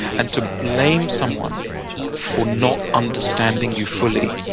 and to blame someone for not understanding you fully